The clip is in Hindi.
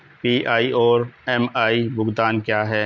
पी.आई और एम.आई भुगतान क्या हैं?